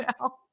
now